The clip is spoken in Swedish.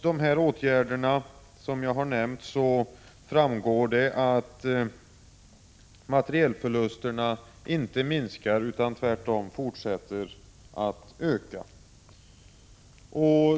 Det har visat sig att materielförlusterna trots dessa åtgärder inte minskar utan tvärtom fortsätter att öka.